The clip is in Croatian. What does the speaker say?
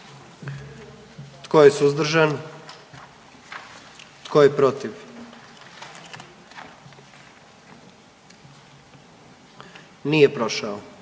Tko je suzdržan? Tko je protiv? Amandman